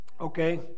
Okay